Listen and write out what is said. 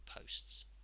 posts